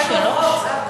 רק שלוש?